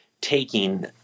taking